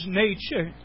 nature